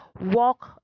walk